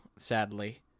sadly